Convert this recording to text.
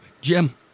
Jim